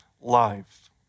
life